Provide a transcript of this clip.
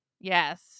Yes